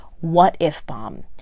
what-if-bomb